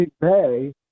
Bay